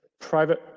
private